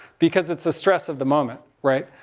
because it's a stress of the moment, right?